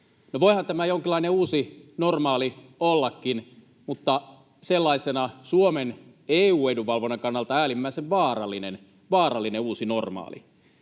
voihan tämä jonkinlainen uusi normaali ollakin, mutta sellaisena Suomen EU-edunvalvonnan kannalta äärimmäisen vaarallinen uusi normaali.